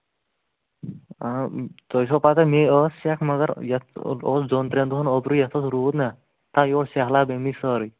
تۄہہِ چھو پَتہ مے ٲس سٮ۪کھ مَگر یَتھ اوس دۄن ترٛٮ۪ن دۄہَن اوترٕ یَتھ اوس روٗد نہ یَتھ آو یورٕ سیہلاب أمۍ نی سٲرٕے